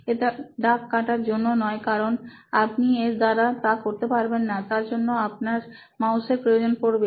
এটা দাগ কাটার জন্য নয় কারণ আপনি এর দ্বারা তা করতে পারবেন না তার জন্য আপনার মাউস এর প্রয়োজন পড়বে